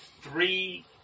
three